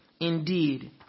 Indeed